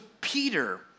Peter